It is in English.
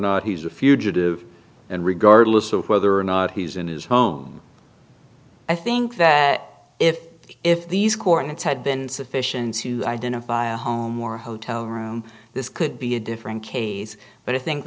not he's a fugitive and regardless of whether or not he's in his home i think that if if these coordinates had been sufficient to identify a home or hotel room this could be a different case but i thin